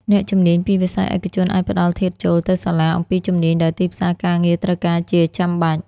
អ្នកជំនាញពីវិស័យឯកជនអាចផ្តល់ធាតុចូលទៅសាលាអំពីជំនាញដែលទីផ្សារការងារត្រូវការជាចាំបាច់។